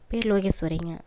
பெயரு லோகேஸ்வரிங்க